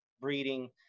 breeding